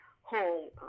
home